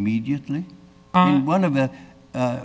you mediately one of the